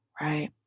right